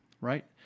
right